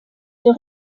der